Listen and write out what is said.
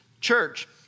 church